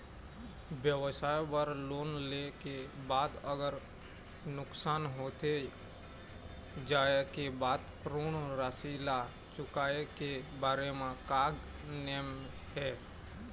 व्यवसाय बर लोन ले के बाद अगर नुकसान होथे जाय के बाद ऋण राशि ला चुकाए के बारे म का नेम हे?